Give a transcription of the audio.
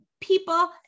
people